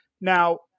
Now